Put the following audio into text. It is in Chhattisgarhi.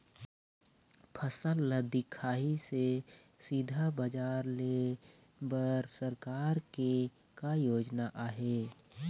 फसल ला दिखाही से सीधा बजार लेय बर सरकार के का योजना आहे?